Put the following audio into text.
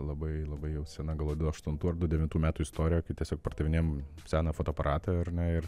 labai labai jau sena gal labiau aštuntų ar du devintų metų istorija kai tiesiog pardavinėjam seną fotoaparatą ar ne ir